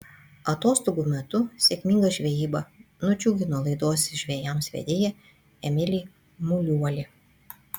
atostogų metu sėkminga žvejyba nudžiugino laidos žvejams vedėją emilį muliuolį